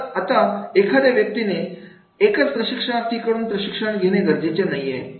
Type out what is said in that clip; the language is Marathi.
तर आता एखाद्या व्यक्तीने एकाच प्रशिक्षणार्थी कडून प्रशिक्षण घेणे गरजेचे नाहीये